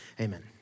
amen